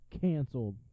Canceled